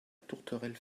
tourterelle